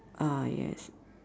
ah yes